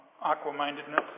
aqua-mindedness